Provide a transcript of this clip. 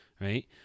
Right